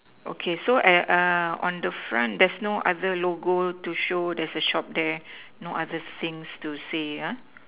okay so eh err on the front there's no other logo to show there's a shop there no other thing to say ah